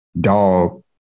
dog